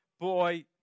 boy